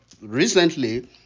recently